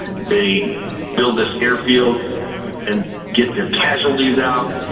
they build this airfield and get their casualties out.